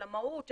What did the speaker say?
של המהות,